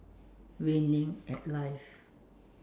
winning at life